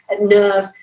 nerve